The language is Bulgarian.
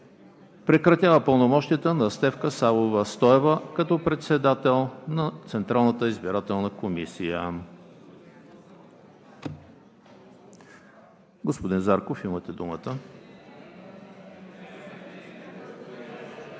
Прекратява пълномощията на Стефка Савова Стоева като председател на Централната избирателна комисия.“